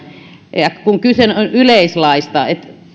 ja kyse on yleislaista